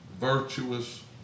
virtuous